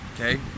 okay